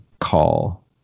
call